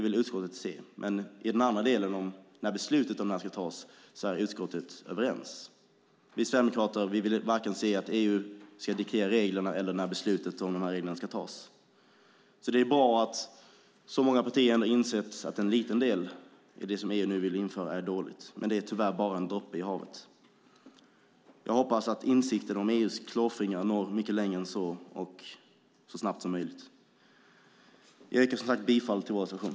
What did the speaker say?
I den andra delen, som gäller när beslutet om detta ska fattas, är utskottet överens. Vi sverigedemokrater vill inte se att EU ska diktera vare sig reglerna eller när beslutet om reglerna ska fattas. Det är bra att så många partier ändå har insett att en liten del av det som EU nu vill införa är dåligt, men det är tyvärr bara en droppe i havet. Jag hoppas att insikten om EU:s klåfingrighet når mycket längre än så och det så snabbt som möjligt. Jag yrkar som sagt bifall till vår reservation.